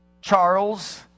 Charles